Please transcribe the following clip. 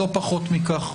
לא פחות מכך.